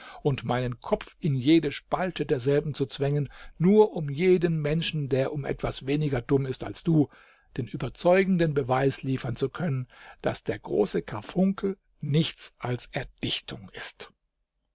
und meinen kopf in jede spalte derselben zu zwängen nur um jeden menschen der um etwas weniger dumm ist als du den überzeugenden beweis liefern zu können daß der große karfunkel nichts als erdichtung ist